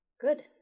Good